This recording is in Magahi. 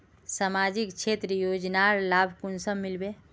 सामाजिक क्षेत्र योजनार लाभ कुंसम मिलबे?